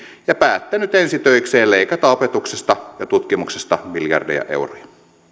ja päättänyt ensi töikseen leikata opetuksesta ja tutkimuksesta miljardeja euroja